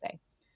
say